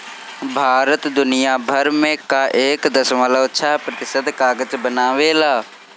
भारत दुनिया भर कअ एक दशमलव छह प्रतिशत कागज बनावेला